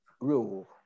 rule